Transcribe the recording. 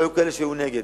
היו כאלה שהיו נגד.